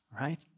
right